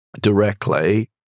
directly